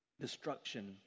destruction